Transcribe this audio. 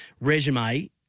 resume